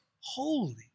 holy